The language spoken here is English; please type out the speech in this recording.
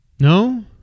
No